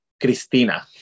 Cristina